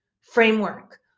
framework